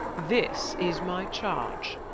this is my charge